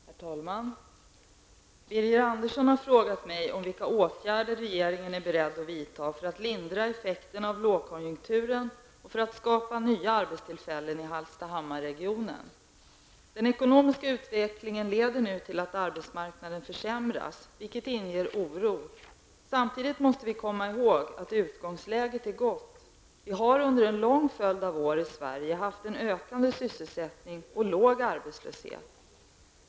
Herr talman! Birger Andersson har frågat mig om vilka åtgärder regeringen är beredd att vidta för att lindra effekterna av lågkonjunkturen och för att skapa nya arbetstillfällen i Den ekonomiska utvecklingen leder nu till att arbetsmarknaden försämras, vilket inger oro. Samtidigt måste vi komma ihåg att utgångsläget är gott. Vi har under en lång följd av år i Sverige haft en ökande sysselsättning och låg arbetslöshet.